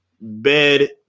bed